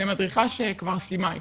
למדריכה שכבר סיימה איתי,